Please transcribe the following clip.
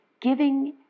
giving